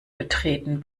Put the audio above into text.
betreten